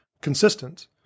consistent